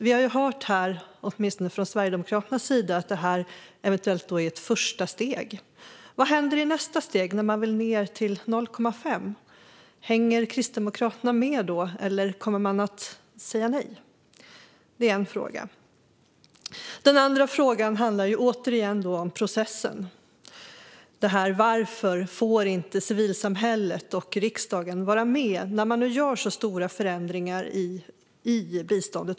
Vi har ju hört, åtminstone från Sverigedemokraternas sida, att det här eventuellt är ett första steg. Vad händer i nästa steg när man vill ned till 0,5 procent? Hänger Kristdemokraterna med då, eller säger de nej? Det är min ena fråga. Den andra frågan handlar om processen. Varför får inte civilsamhället och riksdagen vara med när man nu gör så stora förändringar i biståndet?